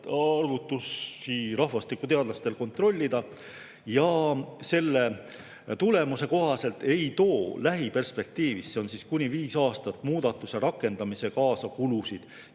arvutusi rahvastikuteadlastel kontrollida. Selle tulemuse kohaselt ei too lähiperspektiivis – see on siis kuni viis aastat – muudatuse rakendamine kaasa kulusid.